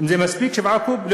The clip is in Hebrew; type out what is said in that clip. האם 7 קוב מספיקים?